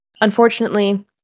Unfortunately